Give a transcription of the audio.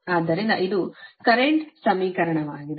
ಆದ್ದರಿಂದ ಇದು ಕರೆಂಟ್ ಸಮೀಕರಣವಾಗಿದೆ